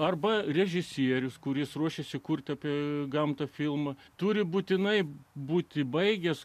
arba režisierius kuris ruošėsi kurti apie gamtą filmą turi būtinai būti baigęs